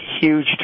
huge